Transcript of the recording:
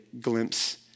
glimpse